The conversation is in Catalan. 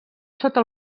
sota